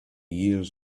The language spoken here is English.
years